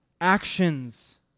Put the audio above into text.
Actions